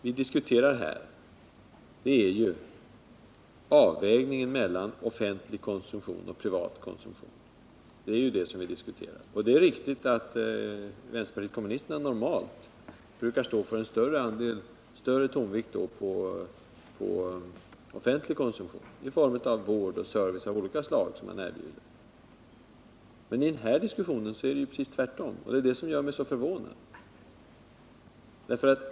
Vi diskuterar ju avvägningen mellan offentlig och privat konsumtion, och det är riktigt att vänsterpartiet kommunisterna normalt brukar lägga större vikt vid den offentliga konsumtionen i form av vård och service av olika slag. Men i den här diskussionen är det ju alldeles tvärtom, och det är det som gör mig så förvånad.